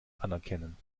anerkennen